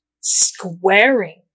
squaring